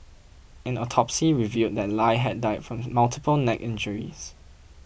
an autopsy revealed that Lie had died from multiple neck injuries